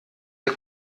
der